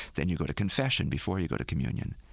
then you go to confession before you go to communion.